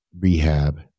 rehab